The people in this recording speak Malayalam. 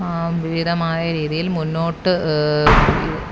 വിപരീതമായ രീതിയിൽ മുന്നോട്ട് ഇ